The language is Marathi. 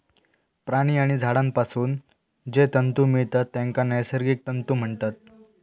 प्राणी आणि झाडांपासून जे तंतु मिळतत तेंका नैसर्गिक तंतु म्हणतत